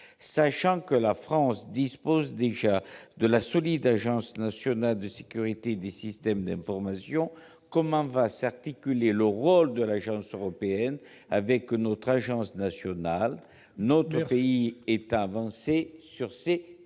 Sachant que la France dispose déjà de la solide Agence nationale de la sécurité des systèmes d'information, comment va s'articuler le rôle de l'agence européenne avec notre agence nationale ? La parole est à Mme la secrétaire